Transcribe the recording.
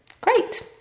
great